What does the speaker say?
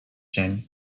cień